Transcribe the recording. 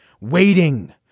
Waiting